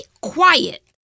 quiet